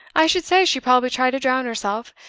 i should say she probably tried to drown herself.